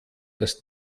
dass